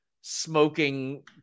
smoking